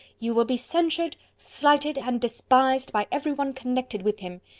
you will be censured, slighted, and despised, by everyone connected with him.